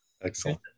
Excellent